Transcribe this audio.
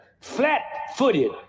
flat-footed